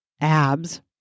abs